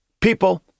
People